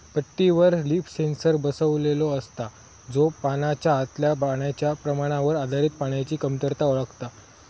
पट्टीवर leaf sensor बसवलेलो असता, जो पानाच्या आतल्या पाण्याच्या प्रमाणावर आधारित पाण्याची कमतरता ओळखता